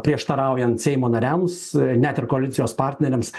prieštaraujant seimo nariams net ir koalicijos partneriams